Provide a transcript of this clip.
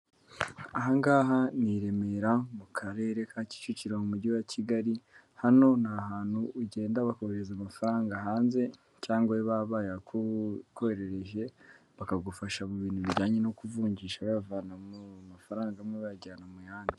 Aha ngaha ni i Remera mu karere ka Kicukiro mu mujyi wa Kigali, hano ni ahantu ugenda bakohereza amafaranga hanze cyangwa baba bayakoherereje, bakagufasha mu bintu bijyanye no kuvunjisha bayavana mu mafarabga amwe, bayajyana mu yandi.